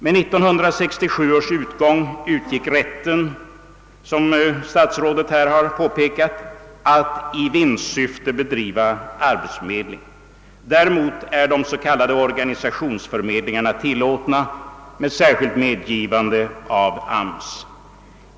Med utgången av 1967 utgick rätten att i vinstsyfte bedriva arbetsförmedling. Det har statsrådet här redan er inrat om. Däremot är de s.k. organisationsförmedlingarna tillåtna genom särskilt medgivande från AMS.